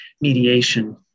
mediation